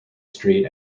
street